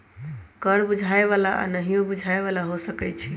कर बुझाय बला आऽ नहियो बुझाय बला हो सकै छइ